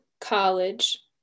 college